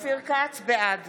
בעד